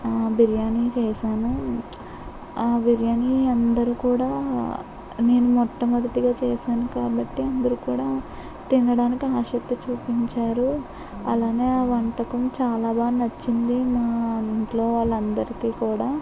ఆ బిర్యానీ చేసాను ఆ బిర్యానీ అందరు కూడా నేను మొట్టమొదటిగా చేసాను కాబట్టి అందరు కూడా తినడానికి ఆసక్తి చూపించారు అలాగే ఆ వంటకం చాలా బాగా నచ్చింది మా ఇంట్లో వాళ్ళ అందరికి కూడా